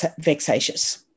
vexatious